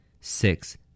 six